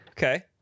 Okay